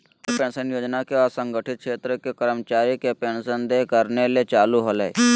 Atal pension Yojana के असंगठित क्षेत्र के कर्मचारी के पेंशन देय करने ले चालू होल्हइ